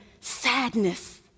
sadness